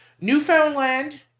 Newfoundland